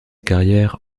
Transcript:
carrière